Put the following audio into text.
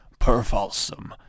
Perfalsum